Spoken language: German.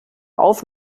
auf